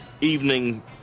evening